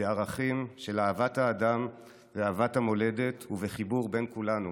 בערכים של אהבת האדם ואהבת המולדת ובחיבור בין כולנו,